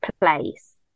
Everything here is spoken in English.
place